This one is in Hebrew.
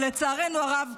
ולצערנו הרב,